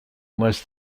unless